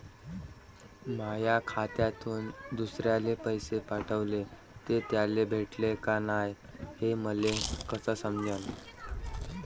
माया खात्यातून दुसऱ्याले पैसे पाठवले, ते त्याले भेटले का नाय हे मले कस समजन?